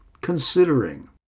considering